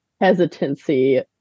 hesitancy